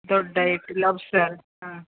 ದೊಡ್ಡ ಏರ್ಟಿಲಿ ಅಫ್ ಸ್ವ್ಯಾರ್ಡ್ ಹಾಂ